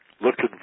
looking